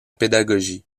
pédagogie